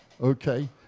Okay